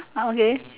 ah okay